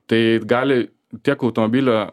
tai gali tiek automobilio